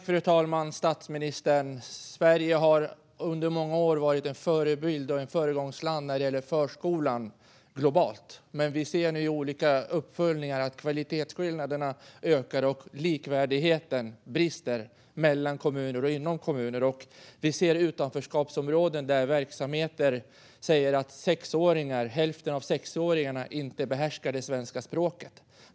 Fru talman! Sverige har under många år varit en förebild och ett föregångsland globalt när det gäller förskolan. Nu ser vi i olika uppföljningar att kvalitetsskillnaderna ökar och likvärdigheten brister både mellan kommuner och inom kommuner. Vi ser utanförskapsområden där man från verksamheterna säger att hälften av sexåringarna inte behärskar svenska språket.